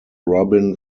robin